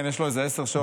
כן, יש לו איזה עשר שעות.